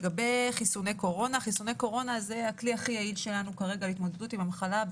חיסוני קורונה זה הכלי הכי יעיל שלנו להתמודדות עם המחלה כרגע,